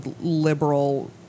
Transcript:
liberal